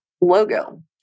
logo